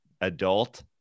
adult